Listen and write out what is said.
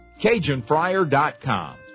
CajunFryer.com